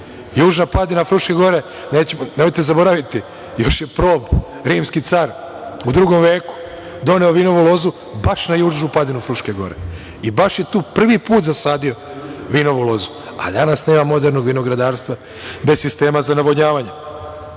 Južna padina Fruške gore nemojte zaboraviti, još je Prob rimski car u drugom veku doneo vinovu lozu baš na južnu padinu Fruške gore i baš je tu prvi put zasadio vinovu lozu, a danas nema modernog vinogradarstva bez sistema za navodnjavanje. Ova